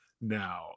now